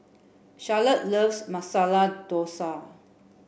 Charlotte loves Masala Dosa